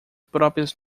próprias